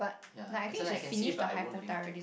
ya as in I can see but I won't to link it